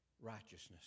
Righteousness